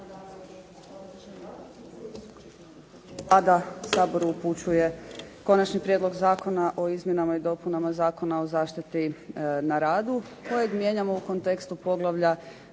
Vlada Saboru upućuje Konačni prijedlog zakona o izmjenama i dopunama Zakona o zaštiti na radu kojeg mijenjamo u kontekstu poglavlja